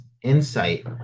Insight